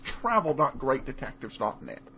travel.greatdetectives.net